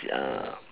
uh